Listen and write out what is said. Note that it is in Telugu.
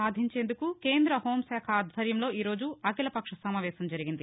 సాధించేందుకు కేంద్ర హోంశాఖ ఆధ్వర్యంలో ఈరోజు అఖిలపక్ష సమావేశం జరిగింది